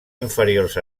inferiors